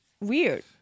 weird